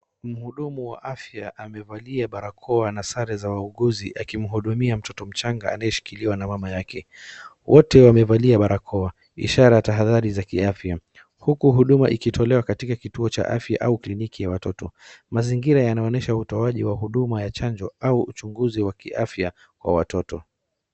Mhudumu wa afya amevalia barakoa na sare za wauguzi akimhudumia mtoto mchanga anayeshikiliwa na mama yake. wote wamevalai barakoa ishara ya atahadhari za kiafya. Huku huduma ikitolewa katika kituo cha afya au kliniki ya watoto. Mazingira yanaonyesha utowaji wa huduma ya chanjo au uchunguzi wa kiafya kwa watoto.